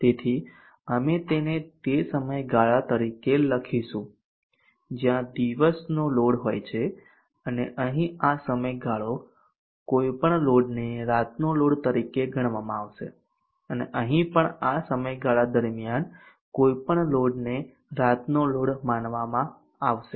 તેથી અમે તેને તે સમયગાળા તરીકે લખીશું જ્યાં દિવસનો લોડ હોય છે અને અહીં આ સમયગાળો કોઈપણ લોડને રાતનો લોડ તરીકે ગણવામાં આવશે અને અહીં પણ આ સમયગાળા દરમિયાન કોઈપણ લોડને રાતનો લોડ માનવામાં આવશે